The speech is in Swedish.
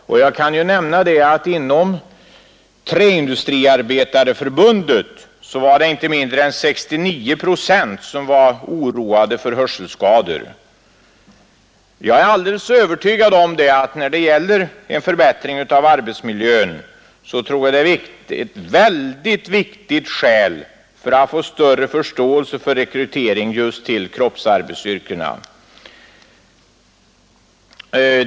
Jag kan nämna att i Träindustriarbetareförbundet inte mindre än 69 procent var oroade för hörselskador. Jag är alldeles övertygad om att en förbättring av arbetsmiljön är en mycket viktig sak när det gäller att få en större rekrytering just till kroppsarbetsyrkena.